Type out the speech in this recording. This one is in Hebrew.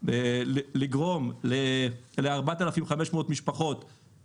אין שום הצדקה לגרום ל-4,500 אנשים להיות